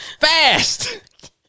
fast